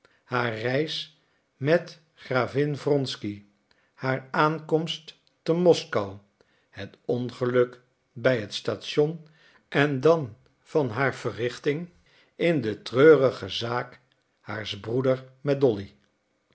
haar reis met gravin wronsky haar aankomst te moskou het ongeluk bij het station en dan van haar verrichting in de treurige zaak haars broeders met dolly